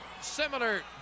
similar